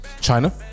China